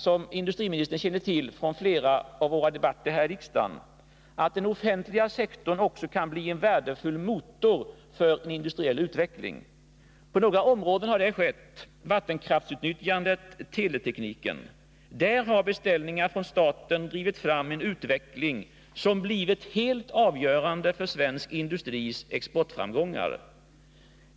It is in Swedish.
Som industriministern känner till från flera debatter här i riksdagen, har vi hävdat att den offentliga sektorn också kan bli en värdefull motor för industriell utveckling. På några områden har det skett: vattenkraftsutnyttjandet, teletekniken. Där har beställningar från staten drivit fram en utveckling, som blivit helt avgörande för svensk industris exportframgångar.